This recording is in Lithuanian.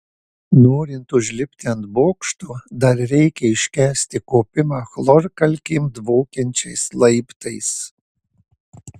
norint užlipti ant bokšto dar reikia iškęsti kopimą chlorkalkėm dvokiančiais laiptais